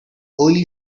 holy